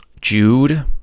Jude